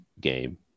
game